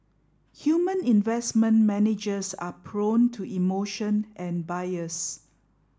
human investment managers are prone to emotion and bias